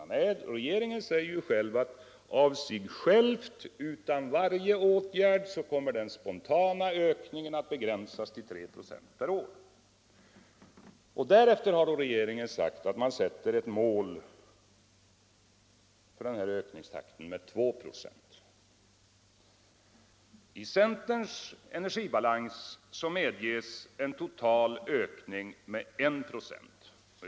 Nej, regeringen säger ju, att av sig själv, utan varje åtgärd, kommer den spontana ökningen att begränsas till 3 96 per år. Därefter har regeringen sagt att den som ett mål sätter en ökning med 2 26. Centerns energibalans medger en total ökning med 1 96.